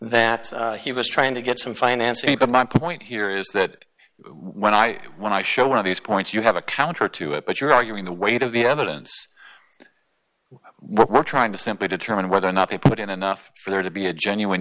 that he was trying to get some financing but my point here is that when i when i show one of these points you have a counter to it but you're arguing the weight of the evidence we're trying to simply determine whether or not they put in enough for there to be a genuine